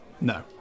No